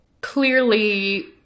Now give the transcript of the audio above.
clearly